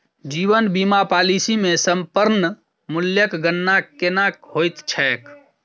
जीवन बीमा पॉलिसी मे समर्पण मूल्यक गणना केना होइत छैक?